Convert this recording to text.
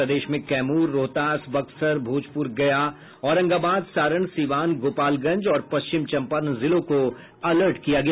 प्रदेश में कैमूर रोहतास बक्सर भोजपुर गया औरंगाबाद सारण सिवान गोपालगंज और पश्चिम चंपारण जिलों को अलर्ट किया गया